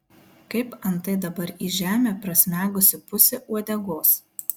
kaip antai dabar į žemę prasmegusi pusė uodegos